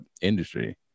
industry